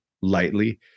lightly